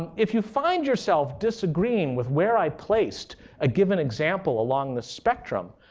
if you find yourself disagreeing with where i placed a given example along the spectrum,